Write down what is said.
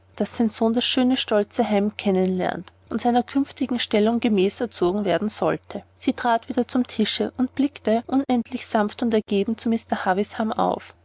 sein sohn das schöne stolze heim kennen lernen und seiner künftigen stellung gemäß erzogen werden sollte sie trat wieder zum tische und blickte unendlich sanft und ergeben zu mr havisham auf